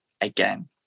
again